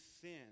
sin